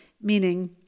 meaning